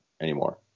anymore